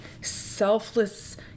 selfless